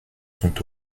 sont